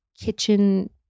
kitchen